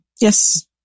Yes